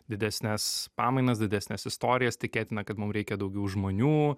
didesnes pamainas didesnes istorijas tikėtina kad mum reikia daugiau žmonių